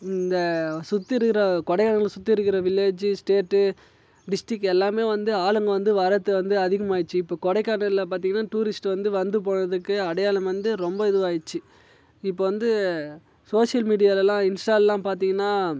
இந்த சுற்றி இருக்கிற கொடைக்கானலை சுற்றி இருக்கிற வில்லேஜ்ஜி ஸ்டேட்டு டிஸ்ட்டிக் எல்லாமே வந்து ஆளுங்க வந்து வரத்து வந்து அதிகமாயிடுச்சு இப்போ கொடைக்கானலில் பார்த்திங்கன்னா டூரிஸ்ட்டு வந்து வந்து போகறதுக்கு அடையாளம் வந்து ரொம்ப இதுவாயிடுச்சு இப்போ வந்து சோசியல் மீடியாலலாம் இன்ஸ்டாலலாம் பார்த்திங்கன்னா